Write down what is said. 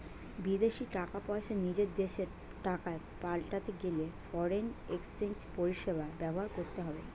বিদেশী টাকা পয়সা নিজের দেশের টাকায় পাল্টাতে গেলে ফরেন এক্সচেঞ্জ পরিষেবা ব্যবহার করতে হবে